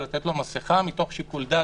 לתת לו מסכה מתוך שיקול דעת.